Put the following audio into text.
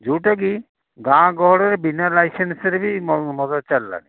ଯେଉଁଟା କି ଗାଁଗହଳିରେ ବିନା ଲାଇସେନ୍ସରେ ବି ମଦ ଚାଲିଲାଣି